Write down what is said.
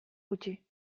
gutxi